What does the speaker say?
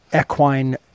equine